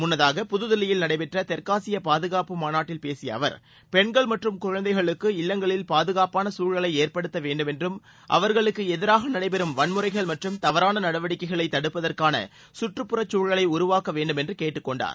முன்னதாக புதுதில்லியில் நடைபெற்ற தெற்காசிய பாதுகாப்பு மாநாட்டில் பேசிய அவர் பெண்கள் மற்றும் குழந்தைகளுக்கு இல்வங்களில் பாதுகாப்பான சூழலை ஏற்படுத்த வேண்டும் என்றும் அவர்களுக்கு எதிராக நடைபெறும் வன்முறைகள் மற்றும் தவறான நடவடிக்கைகளை தடுப்பதற்கான சுற்றுப்புற சூழலை உருவாக்க வேண்டும் என்று கேட்டுக்கொண்டார்